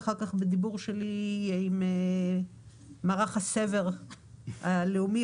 ולאחר שיחה שלי עם מערך הסב"ר הלאומי,